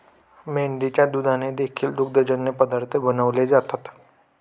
मेंढीच्या दुधाने देखील दुग्धजन्य पदार्थ बनवले जातात